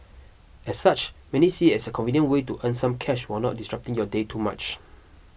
as such many see it as a convenient way to earn some cash while not disrupting your day too much